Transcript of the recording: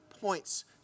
points